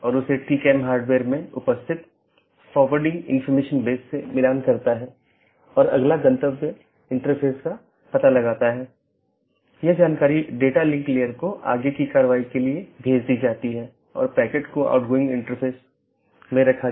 तो इस ईजीपी या बाहरी गेटवे प्रोटोकॉल के लिए लोकप्रिय प्रोटोकॉल सीमा गेटवे प्रोटोकॉल या BGP है